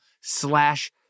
slash